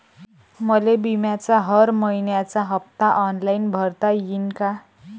मले बिम्याचा हर मइन्याचा हप्ता ऑनलाईन भरता यीन का?